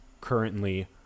currently